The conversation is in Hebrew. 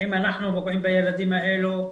אם אנחנו פוגעים בילדים האלה,